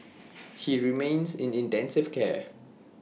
he remains in intensive care